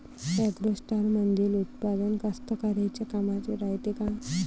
ॲग्रोस्टारमंदील उत्पादन कास्तकाराइच्या कामाचे रायते का?